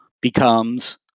becomes